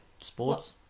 Sports